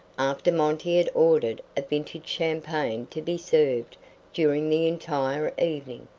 after monty had ordered a vintage champagne to be served during the entire evening.